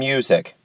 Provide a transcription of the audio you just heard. Music